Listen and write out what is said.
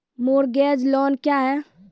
Mortgage loan क्या है?